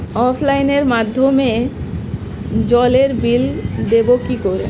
অফলাইনে মাধ্যমেই জলের বিল দেবো কি করে?